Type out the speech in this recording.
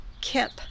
Kip